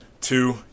two